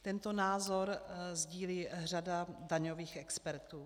Tento názoru sdílí řada daňových expertů.